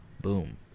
Boom